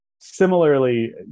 similarly